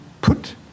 put